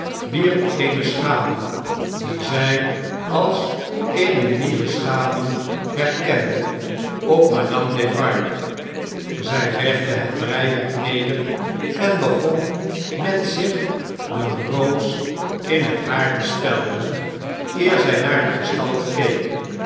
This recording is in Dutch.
eene schaduw die zjj als eene nieuwe schaduw herkende op madame defarge zn legde het breiwerk neder en begon met zich de roos in het haar te spelden eer zij naar de gestalte